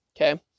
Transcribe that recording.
Okay